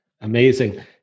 Amazing